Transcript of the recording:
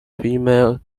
female